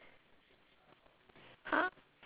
ha